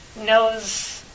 knows